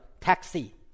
taxi